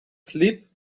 sleep